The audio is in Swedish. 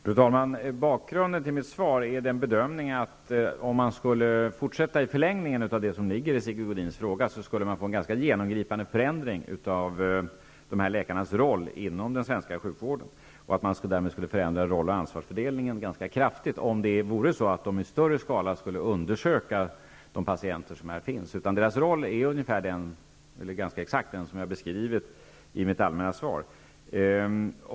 Fru talman! Bakgrunden till mitt svar är den bedömningen, att om man skulle fortsätta i förlängningen av det som ligger i Sigge Godins fråga skulle det bli en ganska genomgripande förändring av de här läkarnas roll inom den svenska sjukvården. Man skulle förändra roll och ansvarsfördelningen ganska kraftigt, om dessa läkare i större utsträckning skulle undersöka patienterna. Dessa läkares roll är ganska exakt den som jag har beskrivit i mitt svar.